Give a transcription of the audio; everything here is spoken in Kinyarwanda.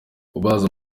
kubabaza